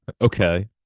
Okay